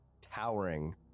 towering